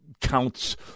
counts